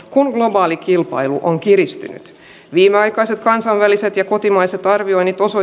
kun vaalikilpailu on kiristynyt viimeaikaiset kansainväliset ja kotimaiset arvioinnit osui